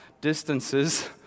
distances